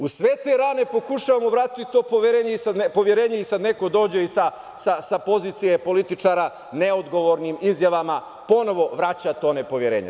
Uz sve te rane pokušavamo vratiti to poverenje i sada neko dođe i sa pozicije političara neodgovornim izjavama ponovo vraća to nepoverenje.